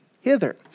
hither